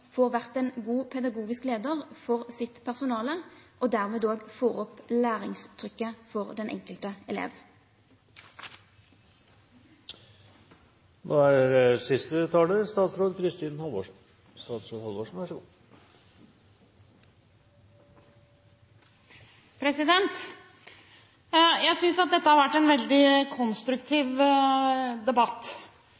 får være en god pedagogisk leder for sitt personale og dermed får opp læringstrykket for den enkelte elev. Jeg synes dette har vært en veldig konstruktiv debatt. Det er